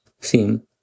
Sim